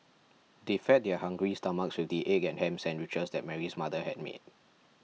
they fed their hungry stomachs with the egg and ham sandwiches that Mary's mother had made